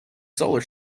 solar